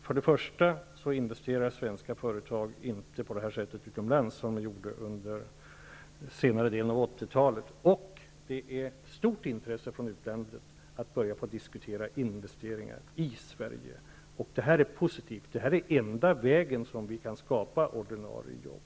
Svenska företag investerar inte längre utomlands på samma sätt som de gjorde under senare delen av 80-talet, och det är stort intresse från utlandet att börja diskutera investeringar i Sverige. Det här är positivt. Det är enda vägen som vi kan skapa ordinarie jobb.